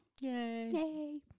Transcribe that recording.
Yay